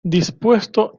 dispuesto